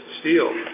steel